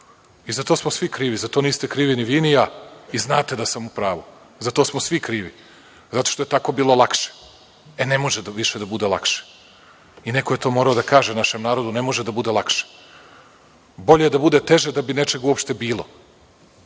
Za to smo svi krivi. Za to niste krivi ni vi ni ja i znate da sam u pravu. Za to smo svi krivi, zato što je tako bilo lakše. E, ne može više da bude lakše. Neko je to morao da kaže našem narodu – ne može da bude lakše. Bolje je da bude teže da bi nečeg uopšte bilo.